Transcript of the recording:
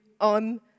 on